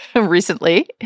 recently